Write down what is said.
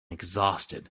exhausted